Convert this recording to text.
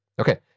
Okay